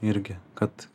irgi kad